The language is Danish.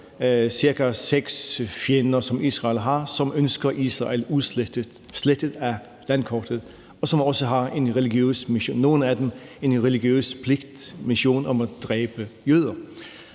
seks fjender, som Israel har, og som ønsker Israel udslettet fra landkortet, og som også har en religiøs mission. Nogle af dem